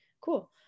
cool